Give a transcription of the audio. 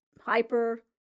hyper